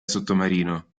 sottomarino